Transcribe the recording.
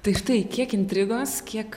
tai štai kiek intrigos kiek